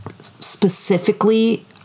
specifically